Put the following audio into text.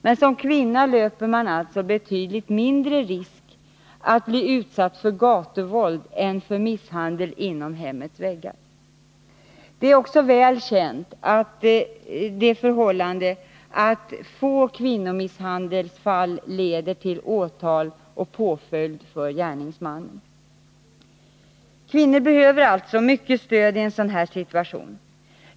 Men som kvinna löper man alltså betydligt mindre risk att bli utsatt för gatuvåld än för misshandel inom hemmets väggar. Det är också väl känt att förhållandevis få kvinnomisshandelsfall leder till åtal och påföljd för gärningsmannen. Kvinnor behöver alltså mycket stöd i en sådan här situation.